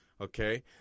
okay